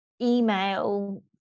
email